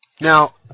now